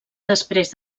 després